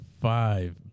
five